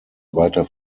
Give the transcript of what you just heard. weiter